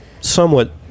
somewhat